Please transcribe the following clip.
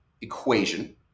equation